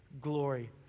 glory